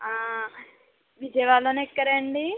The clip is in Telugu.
విజయవాడలోనే ఎక్కారా అండి